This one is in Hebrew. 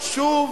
שוב,